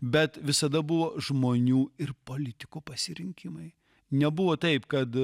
bet visada buvo žmonių ir politikų pasirinkimai nebuvo taip kad